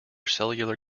cellular